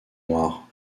noire